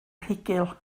rhugl